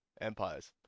empires